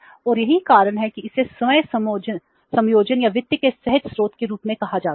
और यही कारण है कि इसे स्वयं समायोजन या वित्त के सहज स्रोत के रूप में कहा जाता है